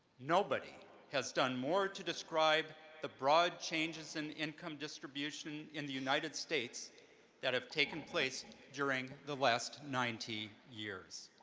nobody has done more to describe the broad changes in income distribution in the united states that have taken place during the last ninety years.